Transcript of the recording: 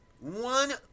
one